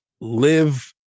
live